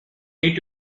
need